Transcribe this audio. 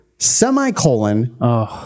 Semicolon